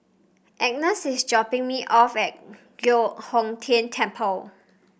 Agnes is dropping me off at Giok Hong Tian Temple